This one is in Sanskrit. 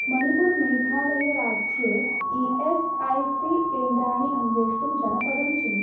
मणिपूर् मेघालयराज्ये ई एस् ऐ सी केन्द्राणि अन्वेष्टुं जनपदं चिनु